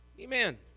Amen